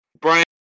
Brian